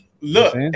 look